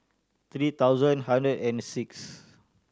three thousand hundred and sixth